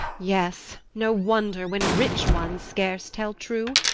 yes no wonder, when rich ones scarce tell true.